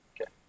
Okay